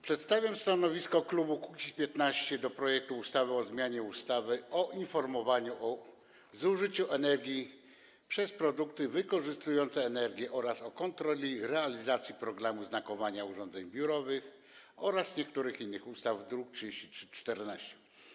Przedstawiam stanowisko klubu Kukiz’15 co do projektu ustawy o zmianie ustawy o informowaniu o zużyciu energii przez produkty wykorzystujące energię oraz o kontroli realizacji programu znakowania urządzeń biurowych oraz niektórych innych ustaw, druk nr 3314.